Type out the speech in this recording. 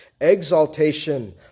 exaltation